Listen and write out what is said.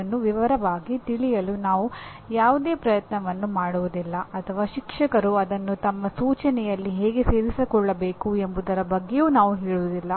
ಅದನ್ನು ವಿವರವಾಗಿ ತಿಳಿಸಲು ನಾವು ಯಾವುದೇ ಪ್ರಯತ್ನವನ್ನು ಮಾಡುವುದಿಲ್ಲ ಅಥವಾ ಶಿಕ್ಷಕರು ಅದನ್ನು ತಮ್ಮ ಸೂಚನೆಯಲ್ಲಿ ಹೇಗೆ ಸೇರಿಸಿಕೊಳ್ಳಬೇಕು ಎಂಬುದರ ಬಗ್ಗೆಯೂ ನಾವು ಹೇಳುವುದಿಲ್ಲ